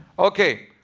okay.